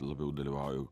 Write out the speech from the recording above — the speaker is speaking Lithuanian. labiau dalyvauju